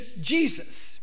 Jesus